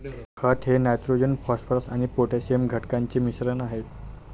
खत हे nitrogen phosphorus आणि पोटॅशियम घटकांचे मिश्रण आहे